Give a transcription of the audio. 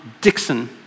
Dixon